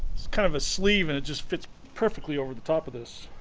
it's kind of a sleeve and it just fits perfectly over the top of this.